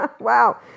wow